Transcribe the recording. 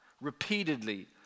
repeatedly